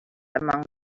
among